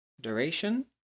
Duration